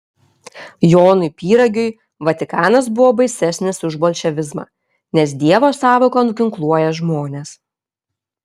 jonui pyragiui vatikanas buvo baisesnis už bolševizmą nes dievo sąvoka nuginkluoja žmones